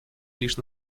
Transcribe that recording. лишь